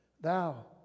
Thou